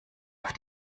auf